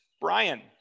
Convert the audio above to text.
Brian